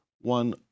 one